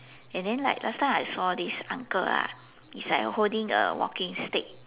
and then like last time I saw this uncle lah he's like holding a walking stick